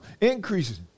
Increases